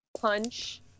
punch